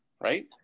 right